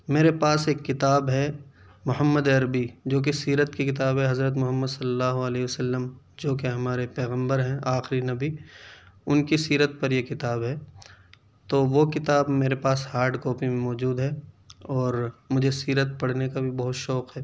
میرے پاس ایک کتاب ہے محمد عربی جو کہ سیرت کی کتاب ہے حضرت محمد صلی اللہ علیہ وسلم جو کہ ہمارے پیغمبر ہیں آخری نبی ان کی سیرت پر یہ کتاب ہے تو وہ کتاب میرے پاس ہارڈ کاپی میں موجود ہے اور مجھے سیرت پڑھنے کا بھی بہت شوق ہے